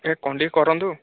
ଟିକିଏ କମ୍ ଟିକିଏ କରନ୍ତୁ